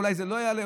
אולי זה לא יעלה,